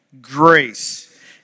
grace